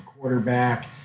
quarterback